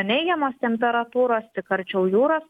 neigiamos temperatūros tik arčiau jūros